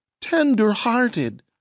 tender-hearted